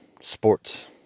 sports